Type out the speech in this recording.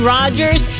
Rodgers